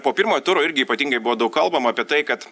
po pirmojo turo irgi ypatingai buvo daug kalbama apie tai kad